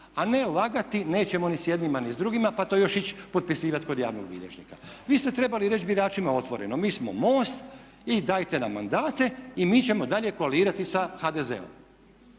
a ne lagati nećemo ni s jednima ni s drugima pa to još ići potpisivati kod javnog bilježnika. Vi ste trebali reći biračima otvoreno mi smo MOST i dajte nam mandate i mi ćemo dalje koalirati sa HDZ-om.